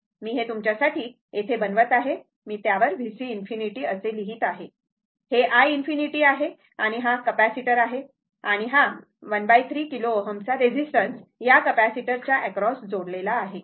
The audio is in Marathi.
तर मी हे तुमच्यासाठी येथे बनवत आहे मी त्यावर VC∞ असे लिहित आहे हे i∞ आहे आणि हा कॅपेसिटर आहे आणि हा ⅓ KΩ चा रेझिस्टन्स या कपॅसिटरच्या एक्रॉस जोडलेला आहे